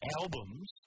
albums